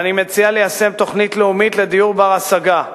ואני מציע ליישם תוכנית לאומית לדיור בר-השגה,